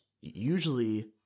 usually